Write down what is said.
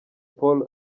paul